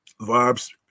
vibes